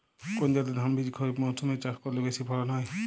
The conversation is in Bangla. কোন জাতের ধানবীজ খরিপ মরসুম এ চাষ করলে বেশি ফলন হয়?